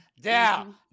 Down